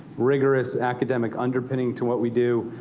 rigorous academic underpinning to what we do.